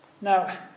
Now